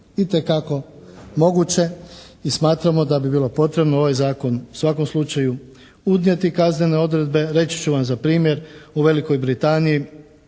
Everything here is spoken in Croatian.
itekako moguće i smatramo da bi bilo potrebno ovaj Zakon u svakom slučaju unijeti kaznene odredbe. Reći ću vam za primjer, u Velikoj Britaniji